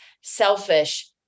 selfish